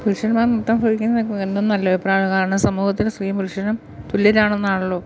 പുരുഷന്മാർ നൃത്തം പഠിക്കുന്നത് എന്തും നല്ലത് കാരണം സമൂഹത്തിൽ സ്ത്രീ പുരുഷനും തുല്യരാണെന്നാണല്ലോ